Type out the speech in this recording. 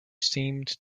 seemed